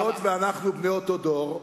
היות שאנחנו בני אותו דור,